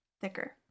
thicker